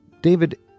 David